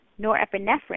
norepinephrine